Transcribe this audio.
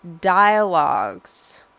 dialogues